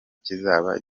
kizaba